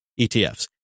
ETFs